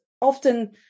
often